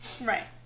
Right